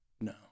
No